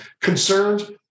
concerned